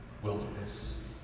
Wilderness